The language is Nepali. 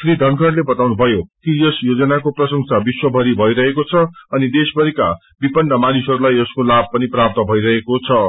श्री धनखड़ले बताउनुभयो कि यस योजनाको प्रशेस विश्वभरि भइरहेको छ अनि देशळभरिका विपन्न मानिसहरूलाई यसको लाभ पनि प्राप्त भइरहेको छ